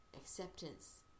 acceptance